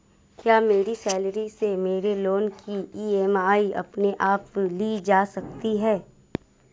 क्या मेरी सैलरी से मेरे लोंन की ई.एम.आई अपने आप ली जा सकती है?